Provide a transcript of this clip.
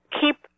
keep